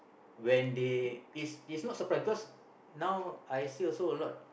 when they it's it's not surprise because now I feel also a lot